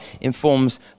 informs